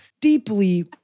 Deeply